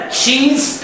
cheese